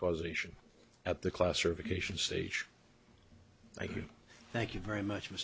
causation at the class or vacation stage thank you thank you very much